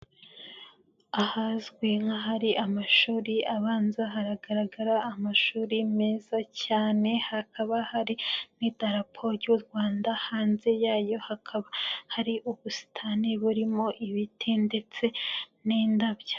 Ahazwi nk'ahari amashuri abanza ,haragaragara amashuri meza cyane, hakaba hari n'idarapo ry'u Rwanda, hanze yayo hakaba hari ubusitani burimo ibiti ndetse n'indabyo.